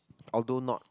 although not